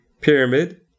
pyramid